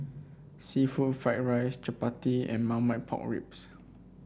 seafood Fried Rice chappati and Marmite Pork Ribs